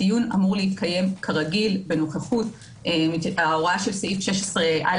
הדיון אמור להתקיים כרגיל בנוכחות ההוראה של סעיף 16א